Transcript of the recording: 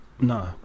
No